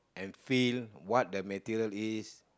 and feel what the material is